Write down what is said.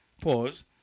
Pause